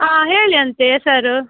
ಆಂ ಹೇಳಿ ಅಂತ ಸರು